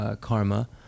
karma